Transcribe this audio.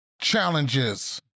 challenges